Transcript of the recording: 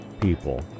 people